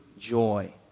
joy